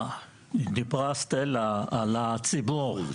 דיברה סטלה על הציבור.